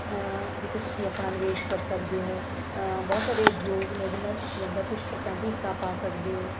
ਜਿੱਥੇ ਤੁਸੀਂ ਆਪਣਾ ਨਿਵੇਸ਼ ਕਰ ਸਕਦੇ ਹੋ ਬਹੁਤ ਸਾਰੇ ਉਦਯੋਗ ਨੇ ਜਿਨ੍ਹਾਂ 'ਚ ਤੁਸੀਂ ਆਪਦਾ ਕੁਝ ਪਰਸੈਂਟ ਹਿੱਸਾ ਪਾ ਸਕਦੇ ਹੋ